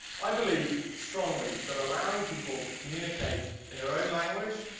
i believe strongly that allowing people to communicate in their own language,